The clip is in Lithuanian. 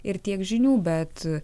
ir tiek žinių bet